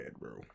bro